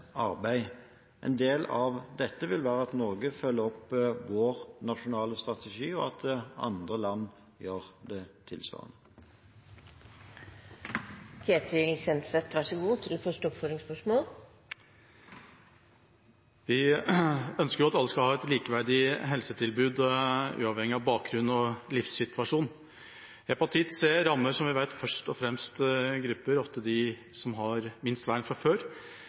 arbeid. En del av dette vil være at vi i Norge følger opp vår nasjonale strategi, og at andre land gjør tilsvarende. Vi ønsker at alle skal ha et likeverdig helsetilbud, uavhengig av bakgrunn og livssituasjon. Hepatitt C rammer, som vi vet, først og fremst grupper som ofte er dem som har minst vern fra før.